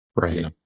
Right